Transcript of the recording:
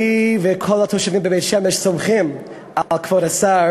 אני וכל התושבים בבית-שמש סומכים על כבוד השר